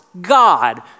God